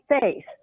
faith